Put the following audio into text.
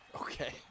Okay